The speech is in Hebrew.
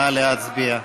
נא להצביע.